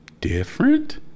different